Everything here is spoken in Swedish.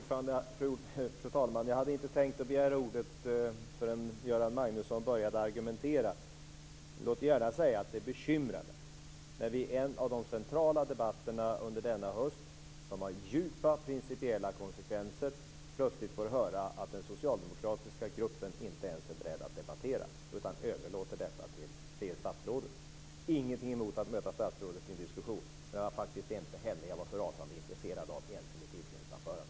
Fru talman! Jag hade inte tänkt begära ordet förrän Göran Magnusson började argumentera. Låt mig gärna säga att vi är bekymrade när vi i en av de centrala debatterna under hösten, som har djupa principiella konsekvenser, plötslig får höra att den socialdemokratiska gruppen inte ens är beredd att debattara utan överlåter detta till statsrådet. Jag har ingenting emot att möta statsrådet i en diskussion. Men jag har faktiskt inte heller varit så rasande intresserad av det ens i mitt inledningsanförande.